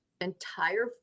entire